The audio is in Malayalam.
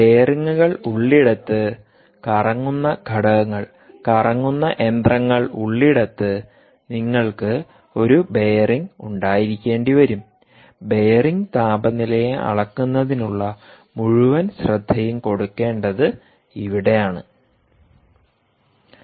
ബെയറിംഗുകൾ ഉള്ളിടത്ത് കറങ്ങുന്ന ഘടകങ്ങൾകറങ്ങുന്ന യന്ത്രങ്ങൾ ഉള്ളിടത്ത് നിങ്ങൾക്ക് ഒരു ബെയറിംഗ് ഉണ്ടായിരിക്കേണ്ടിവരും ബെയറിംഗ് താപനിലയെ അളക്കുന്നതിനുള്ള മുഴുവൻ ശ്രദ്ധയും കൊടുക്കേണ്ടത് ഇവിടെ ആണ്